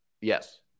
Yes